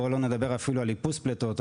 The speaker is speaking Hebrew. בואו לא נדבר אפילו על איפוס פליטות,